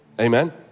Amen